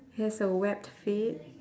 has a webbed feet